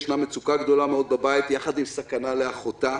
ישנה מצוקה גדולה מאוד בבית, יחד עם סכנה לאחותה."